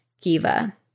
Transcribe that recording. Kiva